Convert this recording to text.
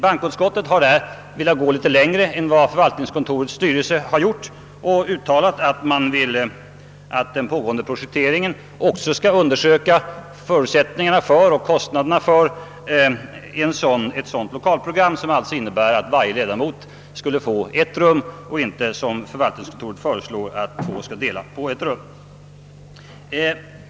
Bankoutskottet har därvidlag velat gå litet längre än vad förvaltningskontorets styrelse gjort och har uttalat, att den pågående projekteringen bör undersöka förutsättningarna och kostnaderna för ett lokalprogram som innebär att varje ledamot skall få eget rum och inte, som förvaltningskontoret föreslagit, att två ledamöter skall dela på ett rum.